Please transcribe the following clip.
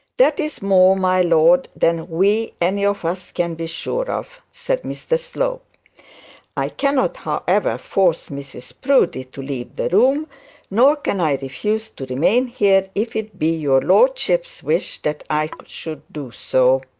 that is more, my lord, than we any of us can be sure of said mr slope i cannot, however, force mrs proudie to leave the room nor can i refuse to remain here, if it be your lordship's wish that i should do so